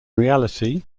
reality